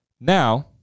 Now